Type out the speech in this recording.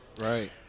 right